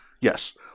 Yes